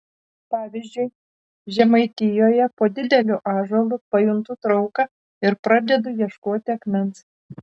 pavyzdžiui žemaitijoje po dideliu ąžuolu pajuntu trauką ir pradedu ieškoti akmens